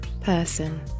person